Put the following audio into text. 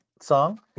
song